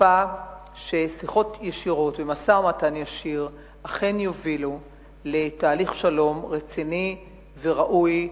מצפה ששיחות ישירות ומשא-ומתן ישיר אכן יובילו לתהליך שלום רציני וראוי,